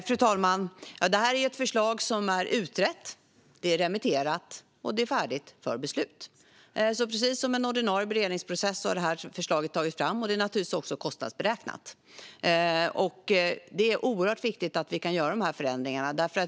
Fru talman! Det är ett förslag som är utrett, remitterat och färdigt för beslut. Precis som vid en ordinarie beredningsprocess har det här förslaget tagits fram, och det är naturligtvis också kostnadsberäknat. Det är oerhört viktigt att vi kan göra dessa förändringar.